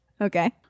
Okay